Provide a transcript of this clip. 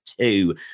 two